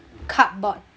cardboard